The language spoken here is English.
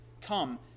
Come